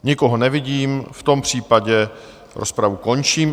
Nikoho nevidím, v tom případě rozpravu končím.